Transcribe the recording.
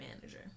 manager